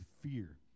fear